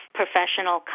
professional